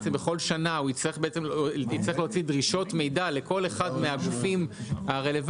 בעצם בכל שנה הוא יצטרך להוציא דרישות מידע לכל אחד מהגופים הרלוונטיים,